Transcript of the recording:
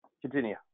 Continue